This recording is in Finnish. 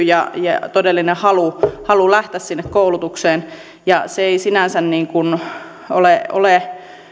ja todellinen halu halu lähteä sinne koulutukseen se ei sinänsä ole ole